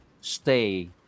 stay